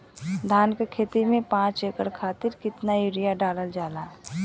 धान क खेती में पांच एकड़ खातिर कितना यूरिया डालल जाला?